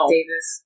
Davis